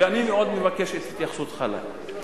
ואני מאוד מבקש את התייחסותך לעניין.